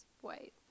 white